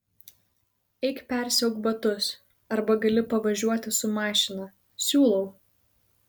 eik persiauk batus arba gali pavažiuoti su mašina siūlau